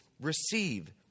receive